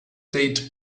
date